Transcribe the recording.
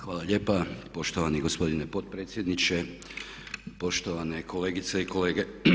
Hvala lijepa poštovani gospodine potpredsjedniče, poštovane kolegice i kolege.